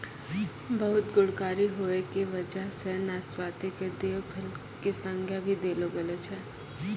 बहुत गुणकारी होय के वजह सॅ नाशपाती कॅ देव फल के संज्ञा भी देलो गेलो छै